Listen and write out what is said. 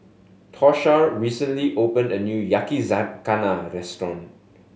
Tosha recently opened a new Yakizakana Restaurant